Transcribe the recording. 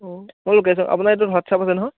মোৰ লোকেশ্যন আপোনাৰ এইটোত হোৱাটচাপ আছে নহয়